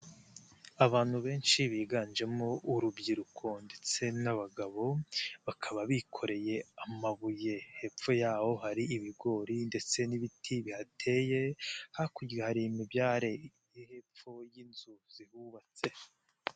Abantu benshi biganjemo urubyiruko ndetse n'abagabo. Bakaba bikoreye amabuye. Hepfo yaho hari ibigori ndetse n'ibiti bihateye. Hakurya hari imibyare hepfo y'inzu zihubatse.